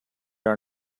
are